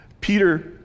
Peter